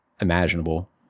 imaginable